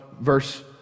verse